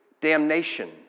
damnation